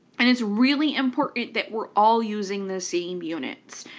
and it's really important that we're all using the same units,